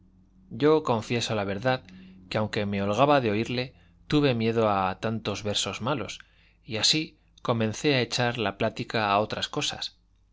yo confieso la verdad que aunque me holgaba de oírle tuve miedo a tantos versos malos y así comencé a echar la plática a otras cosas